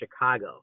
Chicago